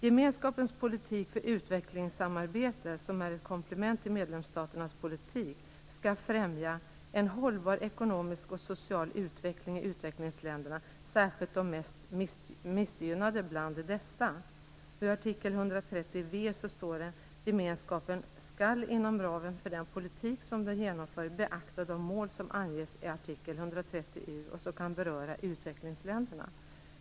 "Gemenskapens politik för utvecklingssamarbete, som är ett komplement till medlemsstaternas politik, skall främja en hållbar ekonomisk och social utveckling i utvecklingsländerna, särskilt de mest missgynnade bland dessa." I artikel 130v står det: "Gemenskapen skall inom ramen för den politik som den genomför beakta de mål som anges i artikel 130u och som kan beröra utvecklingsländerna."